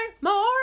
More